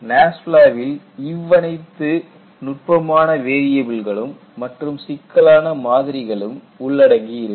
NASFLA வில் இவ்வனைத்து நுட்பமான வேரியபில்களும் மற்றும் சிக்கலான மாதிரிகளும் உள்ளடங்கியிருக்கும்